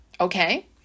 Okay